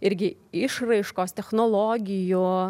irgi išraiškos technologijų